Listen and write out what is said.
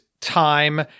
time